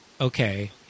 okay